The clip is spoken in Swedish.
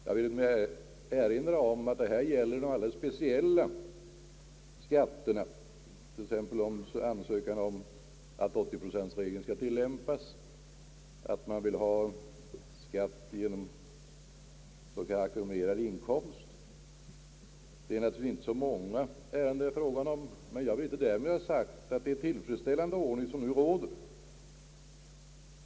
Jag vill emellertid erinra om att det här gäller de alldeles speciella skatterna, t.ex. ansökan om att 80-procentsregeln skall tillämpas, att man vill ha skatt enligt reglerna för s.k. ackumulerad inkomst, etc. Det är naturligtvis inte så många ärenden det är fråga om, men jag vill inte därmed ha sagt att det är en tillfredsställande ordning som nu råder.